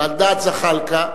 ועל דעת זחאלקה,